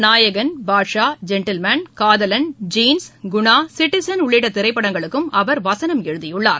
நாயகன் Baasha Gentleman Kadhalan Jeans Guna Citizen உள்ளிட்ட திரைப்படங்களுக்கும் அவா வசனம் எழுதியுள்ளார்